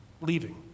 leaving